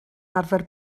arfer